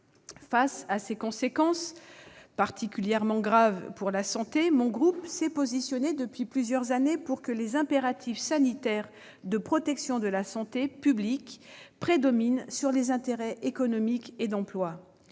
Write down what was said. Face à ces conséquences particulièrement graves pour la santé, mon groupe s'est positionné depuis plusieurs années en faveur d'une priorité des impératifs sanitaires de protection de la santé publique sur les intérêts économiques et d'emploi.